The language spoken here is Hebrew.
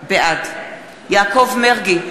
בעד יעקב מרגי,